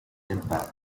impact